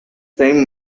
same